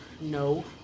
no